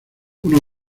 una